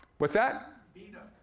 what's that? beat im.